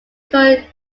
called